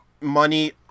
money